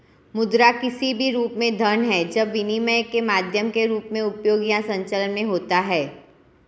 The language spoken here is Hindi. मुद्रा किसी भी रूप में धन है जब विनिमय के माध्यम के रूप में उपयोग या संचलन में होता है